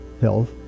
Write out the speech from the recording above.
health